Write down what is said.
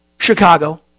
Chicago